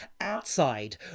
outside